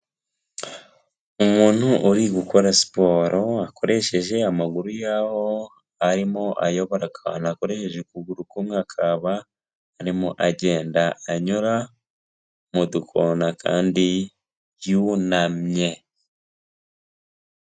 Umuntu uri gukora siporo akoresheje amaguru y'aho arimo ayobora akantu akoresheje ukuguru k'umwe, akaba arimo agenda anyura, mu dukona kandi yunamye.